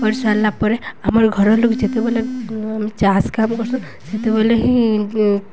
କରିସାର୍ଲା ପରେ ଆମର୍ ଘରର୍ ଲୋକ୍ ଯେତେବେଲେ ଚାଷ୍ କାମ୍ କର୍ସୁ ସେତେବେଲେ ହିଁ